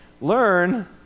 learn